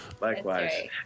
Likewise